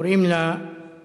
קוראים לה חוטובלי,